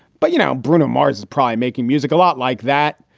but, you know, bruno mars is prime making music a lot like that.